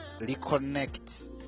reconnect